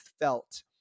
felt